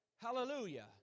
Hallelujah